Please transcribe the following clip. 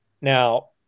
Now